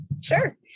Sure